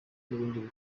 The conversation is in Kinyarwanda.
n’ibindi